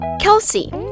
Kelsey